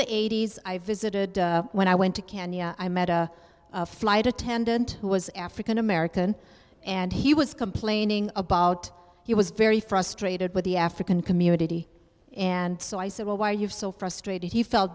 the eighty's i visited when i went to kenya i met a flight attendant who was african american and he was complaining about he was very frustrated with the african community and so i said well why you're so frustrated he felt